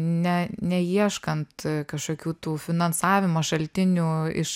ne neieškant kažkokių tų finansavimo šaltinių iš